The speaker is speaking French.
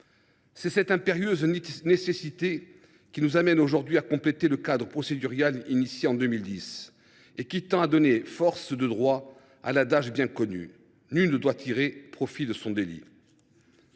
C’est cette impérieuse nécessité qui nous amène aujourd’hui à compléter le cadre procédural élaboré en 2010, qui tend à donner force de droit à l’adage bien connu : nul ne doit tirer profit de son délit.